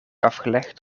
afgelegd